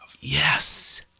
Yes